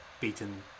beaten